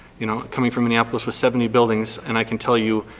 you know coming from minneapolis with seventy buildings and i can tell you,